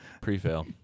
Pre-fail